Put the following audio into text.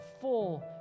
full